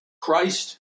Christ